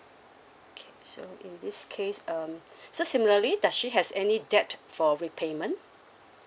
K so in this case um so similarly does she has any debt for repayment